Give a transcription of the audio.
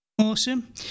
Awesome